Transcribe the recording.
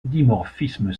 dimorphisme